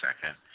second